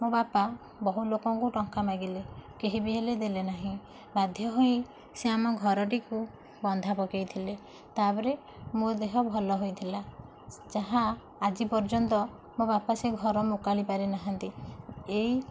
ମୋ ବାପା ବହୁ ଲୋକଙ୍କୁ ଟଙ୍କା ମାଗିଲେ କେହି ବି ହେଲେ ଦେଲେ ନାହିଁ ବାଧ୍ୟ ହୋଇ ସେ ଆମ ଘରଟିକୁ ବନ୍ଧା ପକାଇଥିଲେ ତାପରେ ମୋ ଦେହ ଭଲ ହୋଇଥିଲା ଯାହା ଆଜି ପର୍ଯ୍ୟନ୍ତ ମୋ ବାପା ସେ ଘର ମୁକାଳି ପାରିନାହାନ୍ତି ଏଇ